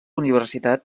universitat